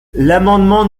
l’amendement